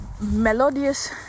melodious